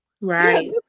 Right